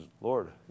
Lord